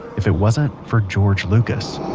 if it wasn't for george lucas